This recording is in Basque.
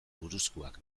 buruzkoak